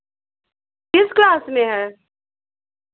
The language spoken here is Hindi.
किस क्लास में है